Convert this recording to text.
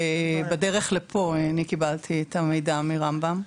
בדרך לפה אני קיבלתי את המידע מרמב"ם,